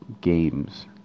games